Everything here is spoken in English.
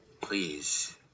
please